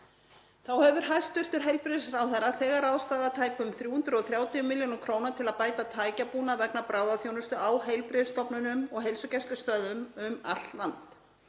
Þá hefur hæstv. heilbrigðisráðherra þegar ráðstafað tæpum 330 millj. kr. til að bæta tækjabúnað vegna bráðaþjónustu á heilbrigðisstofnunum og heilsugæslustöðvum um allt land.